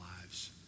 lives